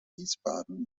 wiesbaden